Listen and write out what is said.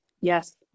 Yes